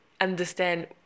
understand